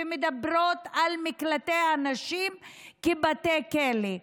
ומדברות על מקלטי הנשים כבתי כלא.